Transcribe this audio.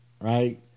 right